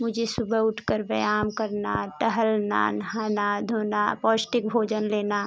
मुझे सुबह उठ कर व्याम करना टहलना नहाना धोना पौष्टिक भोजन लेना